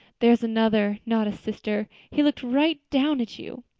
there's another, not a sister he looked right down at you.